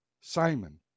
Simon